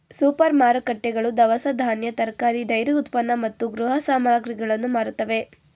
super ಮಾರುಕಟ್ಟೆಗಳು ದವಸ ಧಾನ್ಯ, ತರಕಾರಿ, ಡೈರಿ ಉತ್ಪನ್ನ ಮತ್ತು ಗೃಹ ಸಾಮಗ್ರಿಗಳನ್ನು ಮಾರುತ್ತವೆ